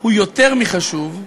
הוא יותר מחשוב.